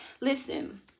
Listen